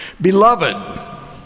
Beloved